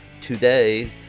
today